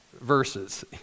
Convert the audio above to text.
verses